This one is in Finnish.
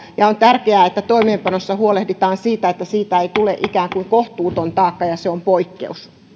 on tärkeää että toimeenpanossa huolehditaan siitä että siitä ei tule ikään kuin kohtuuton taakka ja se on poikkeus